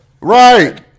Right